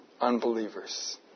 unbelievers